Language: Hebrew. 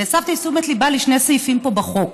והסבתי את תשומת ליבה לשני סעיפים פה בחוק,